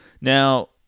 Now